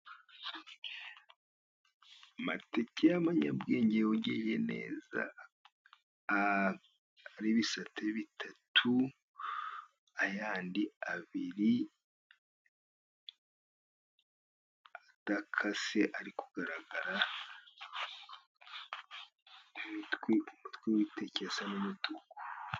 Amateke y'amanyabwenge yogeje neza ari ibisate bitatu, ayandi abiri adakase ari kugaragara imitwe, umutwe w'iteke usa n'umutuku.